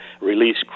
release